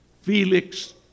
Felix